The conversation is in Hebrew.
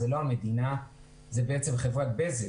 זאת לא המדינה אלא זאת בעצם חברת בזק